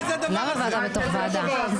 מה זה הדבר הזה?